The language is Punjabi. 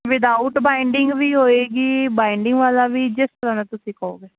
ਵਿਦਆਊਟ ਬਾਈਡਿੰਗ ਵੀ ਹੋਵੇਗੀ ਬਾਈਡਿੰਗ ਵਾਲਾ ਵੀ ਜਿਸ ਤਰ੍ਹਾਂ ਦਾ ਤੁਸੀਂ ਕਹੋਗੇ